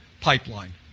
pipeline